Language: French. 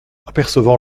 apercevant